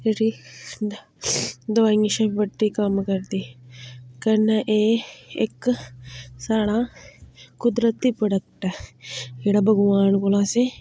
जेह्ड़ी दवाइयें शा बी बड्डे कम्म करदी कन्नै एह् इक साढ़ा कुदरत दी प्रोडक्ट ऐ जेह्ड़ा भगवान कोला असें